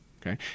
okay